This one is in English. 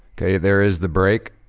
kay, there is the break